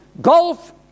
gulf